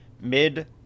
mid